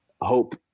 hope